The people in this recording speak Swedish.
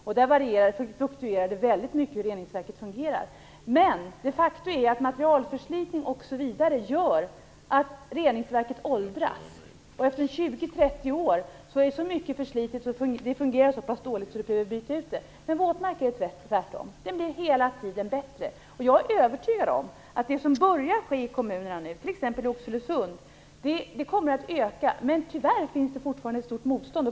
Hur reningsverket fungerar fluktuerar väldigt mycket. Men materialförslitning och annat gör de facto att reningsverket åldras. Efter 20-30 år är så mycket förslitet och fungerar så pass dåligt att det behöver bytas ut. Med våtmark är det tvärtom. Den blir hela tiden bättre. Jag är övertygad om att det som börjar ske i kommunerna nu, t.ex. i Oxelösund, kommer att öka. Men tyvärr finns det fortfarande ett stort motstånd.